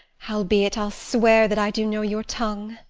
albeit i'll swear that i do know your tongue.